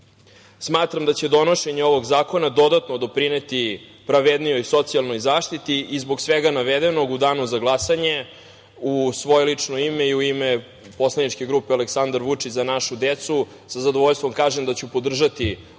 Smatram da će donošenje ovog zakona dodatno doprineti pravednijoj socijalnoj zaštiti. Zbog svega navedenog u Danu za glasanje u svoje lično ime i u ime poslaničke grupe Aleksandar Vučić – Za našu decu sa zadovoljstvom kažem da ću podržati